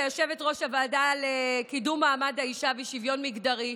כיושבת-ראש הוועדה לקידום מעמד האישה ולשוויון מגדרי,